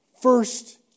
first